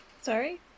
Sorry